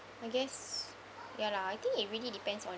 I guess ya lah I think it really depends on